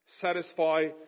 satisfy